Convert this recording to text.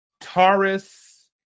Taurus